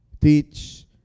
teach